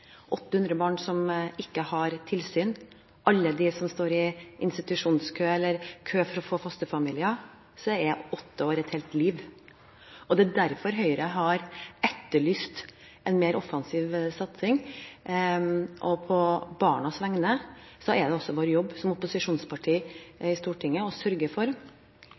800 barn som ikke har tilsyn, og for alle dem som står i institusjonskø eller i kø for å få fosterfamilier, er åtte år et helt liv. Det er derfor Høyre har etterlyst en mer offensiv satsing. På barnas vegne er det også vår jobb som opposisjonsparti i Stortinget å sørge for